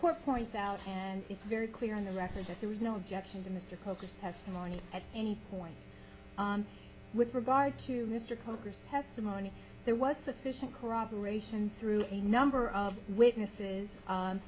court points out and it's very clear on the record that there was no objection to mr copus testimony at any point with regard to mr cokers testimony there was sufficient corroboration through a number of witnesses